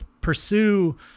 pursue